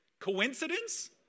Coincidence